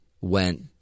went